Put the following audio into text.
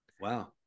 Wow